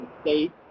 state